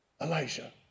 Elijah